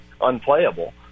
unplayable